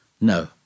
No